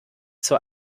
zur